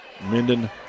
Minden